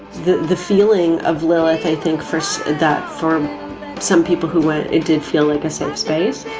the the feeling of lilith, i think for that, for some people who when it did feel like a safe space,